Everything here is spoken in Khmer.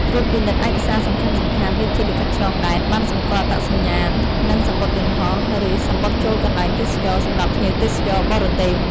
ត្រួតពិនិត្យឯកសារសំខាន់ៗ ដូចជា លិខិតឆ្លងដែន ប័ណ្ណសម្គាល់អត្តសញ្ញាណ និងសំបុត្រយន្តហោះ ឬសំបុត្រចូលកន្លែងទេសចរណ៍សម្រាប់ភ្ញៀវទេសចរណ៍ បរទេស។